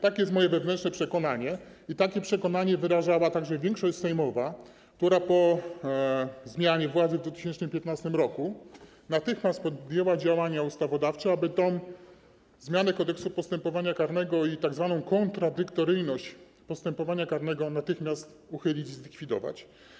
Takie jest moje wewnętrzne przekonanie i takie przekonanie wyrażała także większość sejmowa, która po zmianie władzy w 2015 r. natychmiast podjęła działania ustawodawcze, aby tę zmianę Kodeksu postępowania karnego i tzw. kontradyktoryjność postępowania karnego uchylić i zlikwidować.